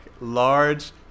large